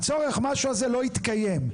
הצורך משהו הזה לא התקיים.